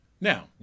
Now